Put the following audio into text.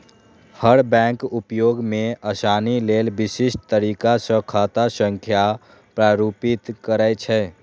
हर bank उपयोग मे आसानी लेल विशिष्ट तरीका सं खाता संख्या प्रारूपित करै छै